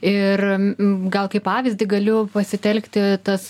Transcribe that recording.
ir gal kaip pavyzdį galiu pasitelkti tas